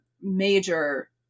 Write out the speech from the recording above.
major